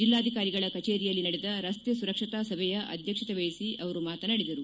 ಜಿಲ್ಲಾಧಿಕಾರಿಗಳ ಕಜೇರಿಯಲ್ಲಿ ನಡೆದ ರಸ್ತೆ ಸುರಕ್ಷತಾ ಸಭೆಯ ಅಧ್ವಕ್ಷತೆವಹಿಸಿ ಅವರು ಮಾತನಾಡಿದರು